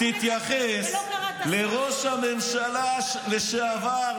אני מציע שתתייחס לראש הממשלה לשעבר,